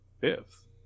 fifth